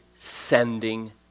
Sending